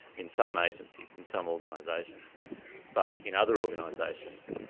in some agencies, in some organisations but in other organisations,